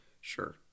sure